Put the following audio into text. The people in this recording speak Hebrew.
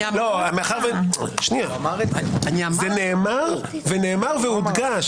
זה נאמר והודגש,